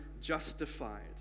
justified